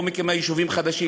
לא מקימה יישובים חדשים,